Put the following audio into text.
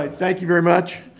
ah thank you very much.